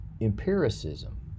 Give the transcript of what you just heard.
empiricism